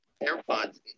airpods